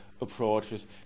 approaches